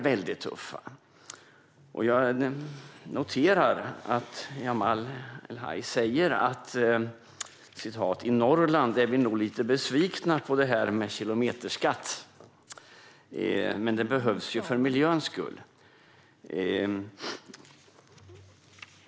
Jag noterar att Jamal El-Haj säger att vi i Norrland nog är lite besvikna på detta med kilometerskatt men att den behövs för miljöns skull.